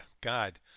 God